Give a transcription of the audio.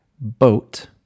boat